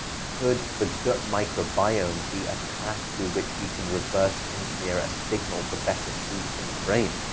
could the gut microbiome be a path through which we can reverse-engineer a signal for better sleep in the brain?